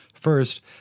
First